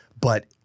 But-